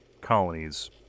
colonies